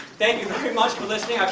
thank you very much for listening,